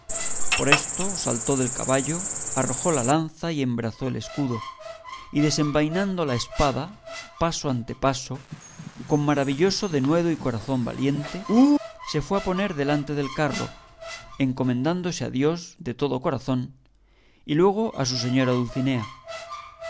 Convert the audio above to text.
por esto saltó del caballo arrojó la lanza y embrazó el escudo y desenvainando la espada paso ante paso con maravilloso denuedo y corazón valiente se fue a poner delante del carro encomendándose a dios de todo corazón y luego a su señora dulcinea